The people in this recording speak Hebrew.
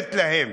ומחויבת להם.